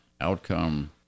outcome